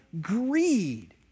greed